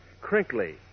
Crinkly